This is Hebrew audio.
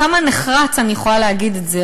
כמה נחרץ אני יכולה להגיד את זה,